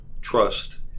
trust